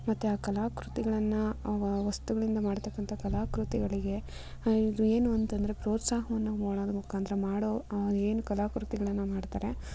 ಮತ್ತು ಆ ಕಲಾ ಕೃತಿಗಳನ್ನು ವಸ್ತುಗಳಿಂದ ಮಾಡತಕ್ಕಂಥ ಕಲಾಕೃತಿಗಳಿಗೆ ಏನು ಅಂತೆಂದ್ರೆ ಪ್ರೋತ್ಸಾಹವನ್ನು ಮಾಡೋದರ ಮುಖಾಂತರ ಮಾಡೋ ಏನು ಕಲಾಕೃತಿಗಳನ್ನು ಮಾಡ್ತಾರೆ